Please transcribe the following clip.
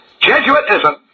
Jesuitism